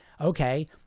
Okay